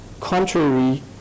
contrary